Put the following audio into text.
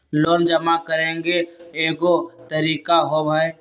Loan जमा करेंगे एगो तारीक होबहई?